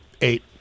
eight